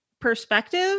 perspective